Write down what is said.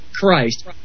Christ